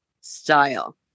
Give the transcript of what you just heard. style